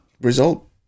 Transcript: result